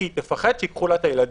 כי היא תפחד שייקחו לה את הילדים.